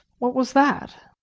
what was that?